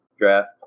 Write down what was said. draft